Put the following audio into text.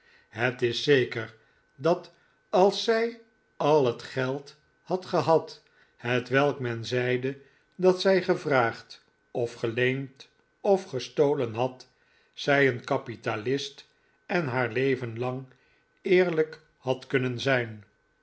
het is zeker dat als zij al het geld had gehad hetwelk men zeide dat zij gevraagd of geleend of gestolen had zij een kapitalist en haar leven lang eerlijk had kunnen zijn